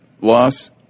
loss